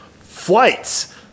flights